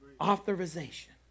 authorization